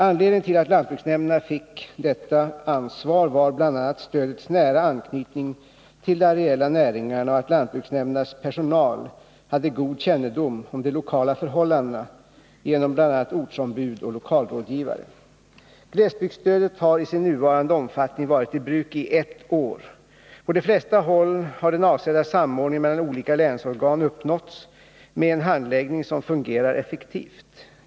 Anledningen till att lantbruksnämnderna fick detta ansvar var bl.a. stödets nära anknytning till de areella näringarna och att lantbruksnämndernas personal har god kännedom om de lokala förhållandena genom bl.a. ortsombud och lokalrådgivare. Glesbygdsstödet har i sin nuvarande omfattning varit i bruk i ett år. På de flesta håll har den avsedda samordningen mellan olika länsorgan uppnåtts med en handläggning som fungerar effektivt.